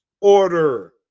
order